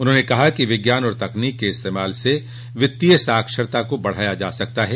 उन्होंने कहा कि विज्ञान और तकनीकी के इस्तेमाल से वित्तीय साक्षरता को बढ़ाया जा सकता है